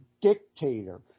dictator